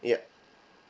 ya